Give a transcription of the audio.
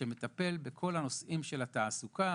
שמטפל בכל הנושאים של התעסוקה,